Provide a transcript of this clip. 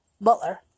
butler